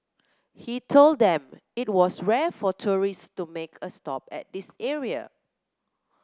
he told them it was rare for tourists to make a stop at this area